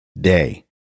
day